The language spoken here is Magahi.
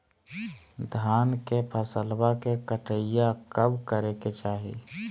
धान के फसलवा के कटाईया कब करे के चाही?